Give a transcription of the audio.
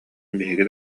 биһиги